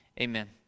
amen